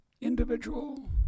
individual